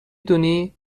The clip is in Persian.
دونی